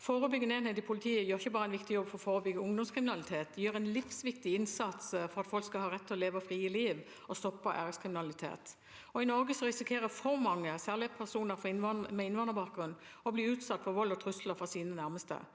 Forebyggende enhet i politiet gjør ikke bare en viktig jobb for å forebygge ungdomskriminalitet. De gjør en livsviktig innsats for at folk skal ha rett til å leve et fritt liv, og for å stoppe æreskriminalitet. I Norge risikerer for mange, særlig personer med innvandrerbakgrunn, å bli utsatt for vold og trusler fra sine nærmeste.